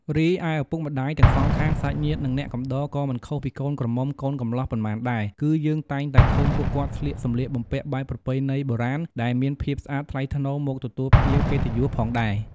រីឯឪពុកម្តាយទាំងសងខាង សាច់ញាតិ និងអ្នកកំដរក៏មិនខុសពីកូនក្រមុំកូនកំលោះប៉ុន្មានដែល គឺយើងតែងតែឃើញពួកគាត់ស្លៀកសំលៀកបំពាក់បែបប្រពៃណីបុរាណដែលមានភាពស្អាតថ្លៃថ្នូរមកទទួលភ្ញៀវកិត្តិយសផងដែរ។